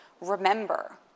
remember